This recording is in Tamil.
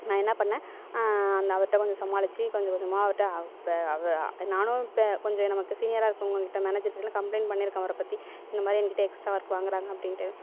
நான் என்ன பண்ணேன் அவருட்ட கொஞ்சம் சமாளித்து கொஞ்சம் கொஞ்சமாக அவருட்ட இப்போ நானும் கொஞ்சம் நமக்கு சீனியராக இருக்குறவங்க கிட்ட கம்பளைண்ட் பண்ணிருக்கேன் அவரை பற்றி இந்தமாதிரி என்கிட்ட எஸ்ட்ரா ஒர்க் வாங்குகிறாங்க அப்படின்ட்டு